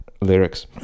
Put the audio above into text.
lyrics